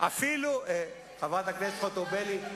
חברת הכנסת חוטובלי,